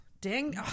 ding